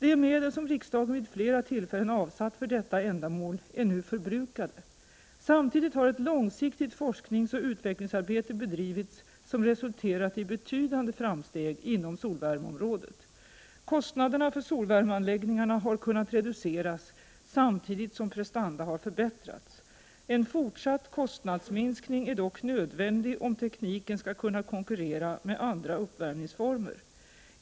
De medel som riksdagen vid flera tillfällen avsatt för detta ändamål är nu förbrukade. Samtidigt har ett långsiktigt forskningsoch utvecklingsarbete bedrivits som resulterat i betydande framsteg inom solvärmeområdet. Kostnaderna för solvärmeanläggningarna har kunnat reduceras, samtidigt som prestanda har förbättrats. En fortsatt kostnadsminskning är dock nödvändig, om tekniken skall kunna konkurrera med andra uppvärmningsformer.